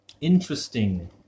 interesting